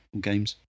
games